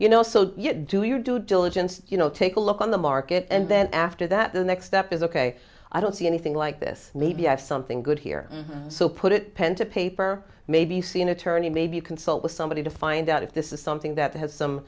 you know also you do your due diligence you know take a look on the market and then after that the next step is ok i don't see anything like this maybe i have something good here so put it pen to paper maybe see an attorney maybe consult with somebody to find that if this is something that has some